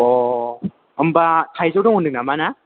अ होनबा थाइजौ दङ होनदों नामा ना